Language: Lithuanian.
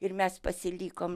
ir mes pasilikom